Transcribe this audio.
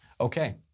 Okay